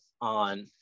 on